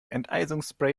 enteisungsspray